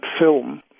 film